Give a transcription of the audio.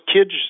kids